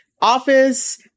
office